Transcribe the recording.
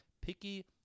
picky